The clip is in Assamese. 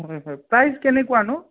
হয় হয় প্ৰাইজ কেনেকুৱানো